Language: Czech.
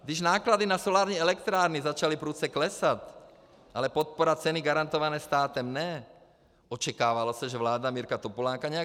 Když náklady na solární elektrárny začaly prudce klesat, ale podpora ceny garantované státem ne, očekávalo se, že vláda Mirka Topolánka nějak zareaguje.